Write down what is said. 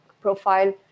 profile